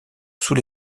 sous